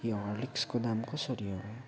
यो हर्लिक्सको दाम कसरी हो